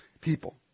people